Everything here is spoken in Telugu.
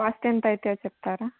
కాస్ట్ ఎంతయితో చెప్తారా